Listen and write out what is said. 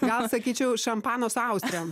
gal sakyčiau šampano su austrėm